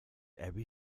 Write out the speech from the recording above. every